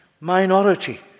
minority